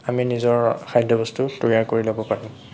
আমি নিজৰ খাদ্যবস্তু তৈয়াৰ কৰি লব পাৰোঁ